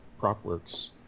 PropWorks